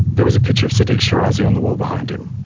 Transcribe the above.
there was a picture of sadiq shirazi on the wall behind him.